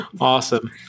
Awesome